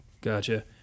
Gotcha